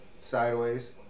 sideways